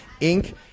Inc